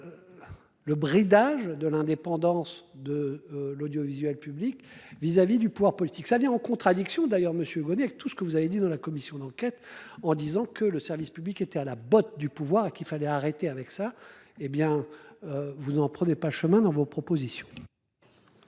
Le bridage de l'indépendance de l'audiovisuel public vis-à-vis du pouvoir politique, ça vient en contradiction, d'ailleurs Monsieur Bonnet avec tout ce que vous avez dit dans la commission d'enquête en disant que le service public était à la botte du pouvoir qu'il fallait arrêter avec ça, hé bien. Vous en prenez pas le chemin dans vos propositions.